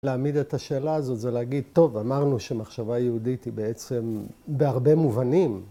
‫להעמיד את השאלה הזאת זה להגיד, ‫טוב, אמרנו שמחשבה יהודית ‫היא בעצם, בהרבה מובנים.